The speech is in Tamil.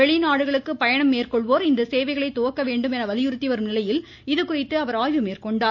வெளிநாடுகளுக்கு பயணம் மேற்கொள்வோர் குவக்க இந்த சேவைகளை வேண்டும் என வலியுறுத்தி வரும் நிலையில் இதுகுறித்து அவர் ஆய்வு மேற்கொண்டார்